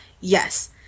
Yes